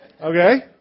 okay